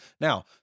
Now